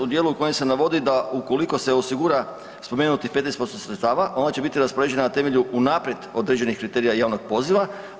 U dijelu u kojem se navodi da ukoliko se osigura spomenutih 15% sredstava ona će biti raspoređena na temelju unaprijed određenih kriterija javnog poziva.